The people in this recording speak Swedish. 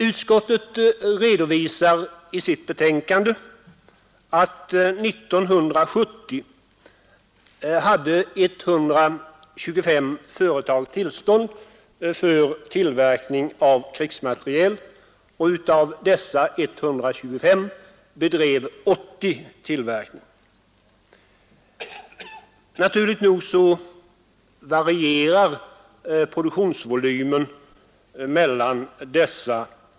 I sitt betänkande redovisar utskottet att under 1970 hade 125 företag tillstånd för tillverkning av krigsmateriel och att 80 av dessa bedrev sådan tillverkning. Naturligt nog varierar produktionsvolymen mellan dessa.